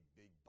big